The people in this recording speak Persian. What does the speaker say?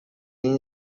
این